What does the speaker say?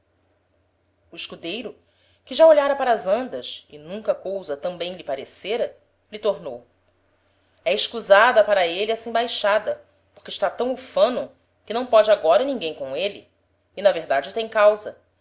o escudeiro que já olhára para as andas e nunca cousa tam bem lhe parecera lhe tornou é escusada para êle essa embaixada porque está tam ufano que não póde agora ninguem com êle e na verdade tem causa